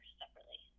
separately